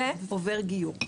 ועובר גיור.